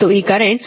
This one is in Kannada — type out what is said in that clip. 36 ಆಂಪಿಯರ್ ಆಗಿದೆ